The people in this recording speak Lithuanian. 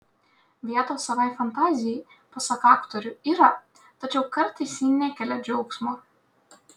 vietos savai fantazijai pasak aktorių yra tačiau kartais ji nekelia džiaugsmo